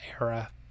era